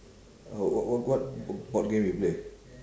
uh wha~ wha~ what bo~ board game you play